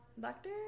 doctor